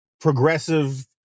progressive